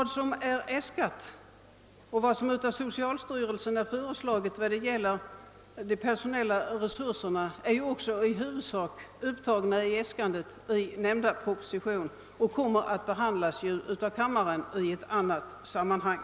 De gjorda äskandena och socialstyrelsens förslag beträffande de personella resurserna har också i huvudsak upptagits i nämnda proposition och kommer att behandlas i kammaren i ett annat sammanhang.